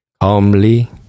Calmly